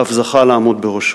ואף זכה לעמוד בראשו.